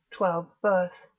twelve verse.